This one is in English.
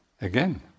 again